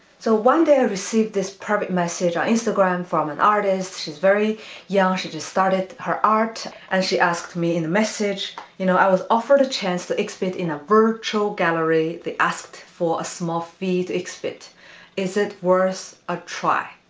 so one day i received this private message on instagram from an artist. she's very young she just started her art and she asked me in the message you know i was offered a chance to explain in a virtual gallery. they asked for a small fee to exhibit is it worth a try.